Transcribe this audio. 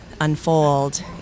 unfold